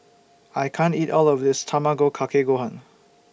I can't eat All of This Tamago Kake Gohan